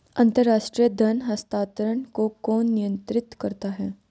अंतर्राष्ट्रीय धन हस्तांतरण को कौन नियंत्रित करता है?